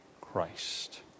Christ